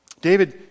David